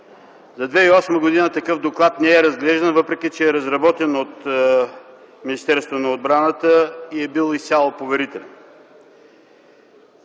за 2008 г. такъв доклад не е разглеждан, въпреки че е разработен от Министерството на отбраната и е бил изцяло поверителен.